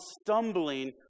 stumbling